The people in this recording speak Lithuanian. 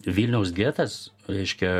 vilniaus getas reiškia